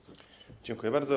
Dziękuję bardzo.